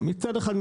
מצד אחד,